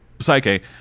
Psyche